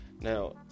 now